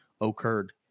occurred